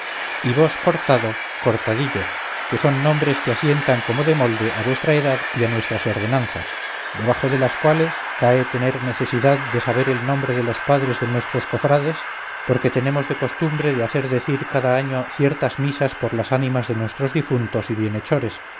y vos cortado cortadillo que son nombres que asientan como de molde a vuestra edad y a nuestras ordenanzas debajo de las cuales cae tener necesidad de saber el nombre de los padres de nuestros cofrades porque tenemos de costumbre de hacer decir cada año ciertas misas por las ánimas de nuestros difuntos y bienhechores